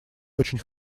очень